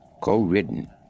co-written